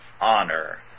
honor